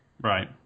Right